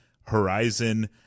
Horizon